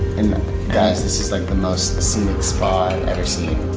and guys this is like the most scenic spa i've ever seen,